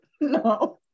No